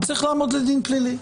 הוא צריך לעמוד לדין פלילי.